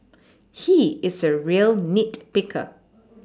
he is a real nit picker